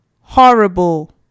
horrible